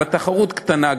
וגם התחרות קטנה,